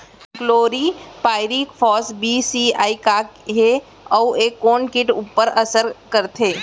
Chlorpyrifos बीस CE का हे अऊ ए कोन किट ऊपर असर करथे?